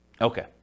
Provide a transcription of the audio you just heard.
Okay